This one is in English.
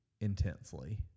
intensely